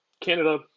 Canada